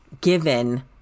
given